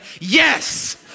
yes